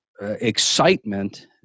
excitement